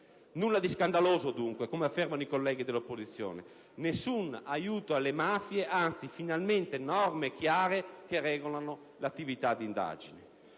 Nulla di scandaloso, dunque, come affermano invece i colleghi dell'opposizione. Nessun aiuto alle mafie, anzi, finalmente norme chiare che regolano l'attività di indagine,